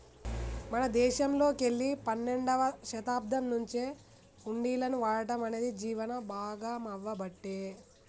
మన దేశంలోకెల్లి పన్నెండవ శతాబ్దం నుంచే హుండీలను వాడటం అనేది జీవనం భాగామవ్వబట్టే